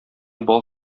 бал